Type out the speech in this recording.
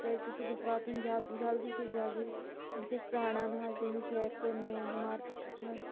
کیٛاز کہِ سُہ گوٚژھ واتُن جد جلدی سے جلدی بہٕ چھَس پرٛاران اَز تٔمِس یارِ پوٗرِ مین مارکیٹَس منٛز